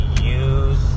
use